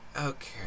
Okay